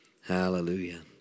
Hallelujah